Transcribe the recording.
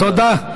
תודה.